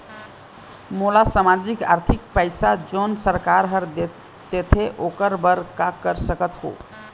मोला सामाजिक आरथिक पैसा जोन सरकार हर देथे ओकर बर का कर सकत हो?